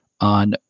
on